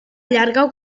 llarga